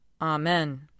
Amen